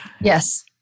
Yes